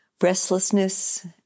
Restlessness